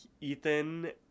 Ethan